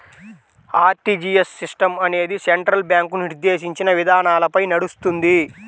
RTGS system అనేది central bank నిర్దేశించిన విధానాలపై నడుస్తుంది